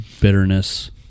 bitterness